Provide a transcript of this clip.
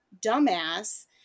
dumbass